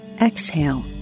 Exhale